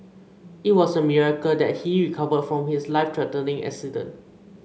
it was a miracle that he recovered from his life threatening accident